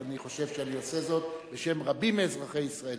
אני חושב שאני עושה זאת בשם רבים מאזרחי ישראל.